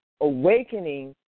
awakening